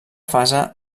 fase